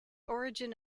origin